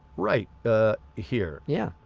right here. yeah.